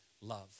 love